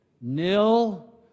nil